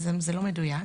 אז זה לא מדויק.